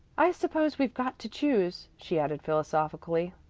i suppose we've got to choose, she added philosophically.